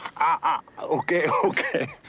ah ok. ok.